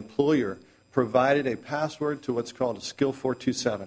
employer provided a password to what's called a skill four to seven